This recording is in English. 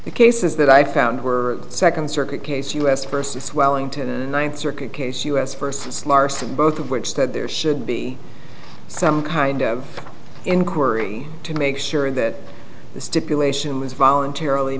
the cases that i found were the second circuit case u s versus wellington a ninth circuit case u s versus larsen both of which that there should be some kind of inquiry to make sure that the stipulation was voluntarily